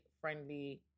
friendly